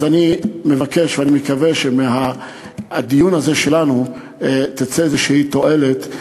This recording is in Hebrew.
אז אני מבקש ואני מקווה שמהדיון הזה שלנו תצא איזושהי תועלת.